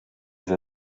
wir